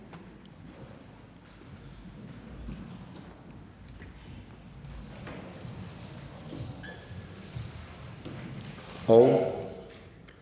Hold